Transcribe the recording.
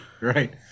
right